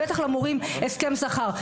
ובטח למורים הסכם שכר.